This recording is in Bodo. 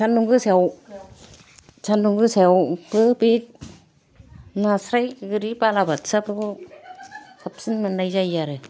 सानदुं गोसायाव सानदुं गोसायावबो बे नास्राय गोरि बालाबाथियाखौ साबसिन मोननाय जायो आरो